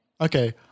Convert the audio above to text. okay